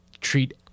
treat